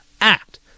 Act